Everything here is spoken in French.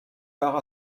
part